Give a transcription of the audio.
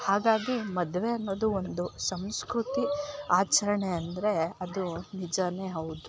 ಹಾಗಾಗಿ ಮದುವೆ ಅನ್ನೋದು ಒಂದು ಸಂಸ್ಕೃತಿ ಆಚರಣೆ ಅಂದರೆ ಅದು ನಿಜಾ ಹೌದು